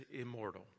immortal